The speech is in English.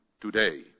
today